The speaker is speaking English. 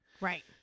Right